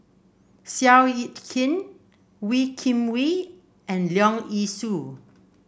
Seow Yit Kin Wee Kim Wee and Leong Yee Soo